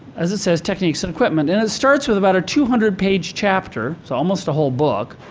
as it says, techniques and equipment. and it starts with about a two hundred page chapter. so, almost a whole book,